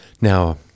Now